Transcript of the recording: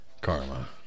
Karma